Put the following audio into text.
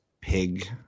pig